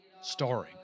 starring